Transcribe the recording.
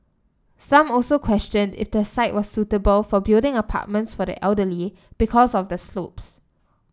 some also questioned if the site was suitable for building apartments for the elderly because of the slopes